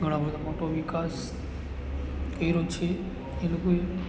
ઘણો બધો મોટો વિકાસ કર્યો છે એ લોકોએ